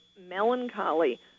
melancholy